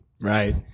Right